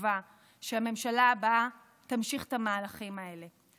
תקווה שהממשלה הבאה תמשיך את המהלכים האלה.